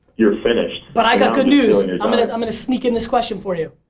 you're finished. but i got good news i'm gonna like i'm gonna sneak in this question for you.